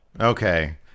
Okay